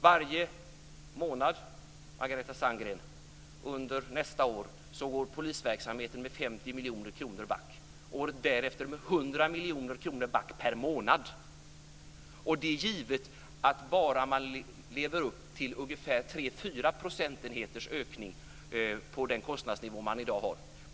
Varje månad under nästa år, Margareta Sandgren, går polisverksamheten back med 50 miljoner kronor. Året därefter går den back med 100 miljoner kronor per månad, givet att man bara lever upp till 3-4 % ökning av den kostnadsnivå man har i dag.